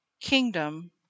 kingdom